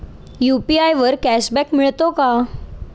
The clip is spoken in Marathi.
यु.पी.आय वर कॅशबॅक मिळतो का?